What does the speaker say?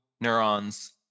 neurons